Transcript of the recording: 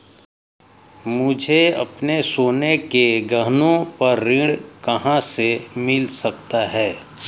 मुझे अपने सोने के गहनों पर ऋण कहां से मिल सकता है?